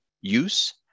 use